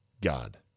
God